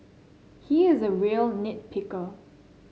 he is a real nit picker